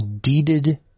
deeded